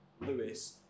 lewis